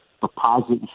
deposit